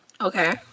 Okay